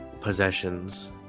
possessions